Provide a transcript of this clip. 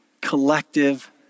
collective